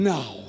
Now